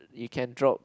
you can drop